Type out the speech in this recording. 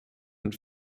und